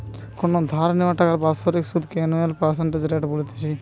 কোনো ধার নেওয়া টাকার বাৎসরিক সুধ কে অ্যানুয়াল পার্সেন্টেজ রেট বলতিছে